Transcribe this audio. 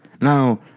Now